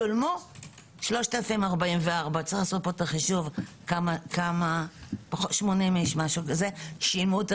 שולמו 3,044. 80 איש שילמו.